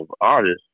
artists